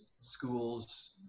schools